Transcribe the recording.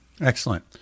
Excellent